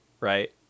right